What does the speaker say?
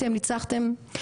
אתם ניצחתם,